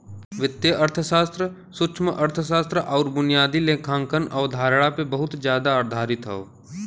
वित्तीय अर्थशास्त्र सूक्ष्मअर्थशास्त्र आउर बुनियादी लेखांकन अवधारणा पे बहुत जादा आधारित हौ